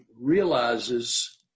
realizes